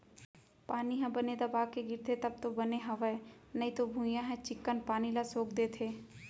पानी ह बने दबा के गिरथे तब तो बने हवय नइते भुइयॉं ह चिक्कन पानी ल सोख देथे